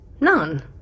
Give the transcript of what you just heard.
none